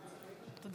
שלוש דקות.